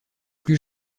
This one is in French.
plus